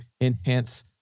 enhance